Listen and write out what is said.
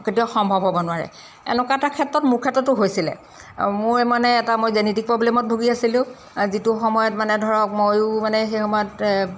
কেতিয়াও সম্ভৱ হ'ব নোৱাৰে এনেকুৱা এটা ক্ষেত্ৰত মোৰ ক্ষেত্ৰতো হৈছিলে মোৰ মানে এটা মই জেনেটিক প্ৰব্লেমত ভুগি আছিলোঁ যিটো সময়ত মানে ধৰক ময়ো মানে সেই সময়ত